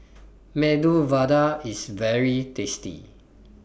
Medu Vada IS very tasty